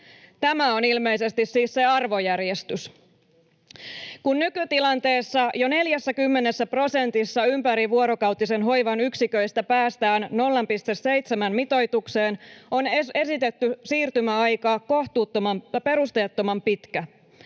Tämä on ilmeisesti siis se arvojärjestys. Kun nykytilanteessa jo 40 prosentissa ympärivuorokautisen hoivan yksiköistä päästään 0,7-mitoitukseen, on esitetty siirtymäaika perusteettoman pitkä.